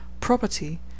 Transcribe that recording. property